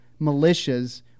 militias